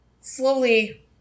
slowly